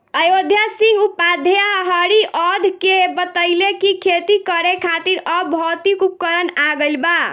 अयोध्या सिंह उपाध्याय हरिऔध के बतइले कि खेती करे खातिर अब भौतिक उपकरण आ गइल बा